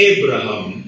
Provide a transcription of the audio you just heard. Abraham